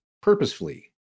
purposefully